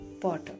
potter